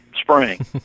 spring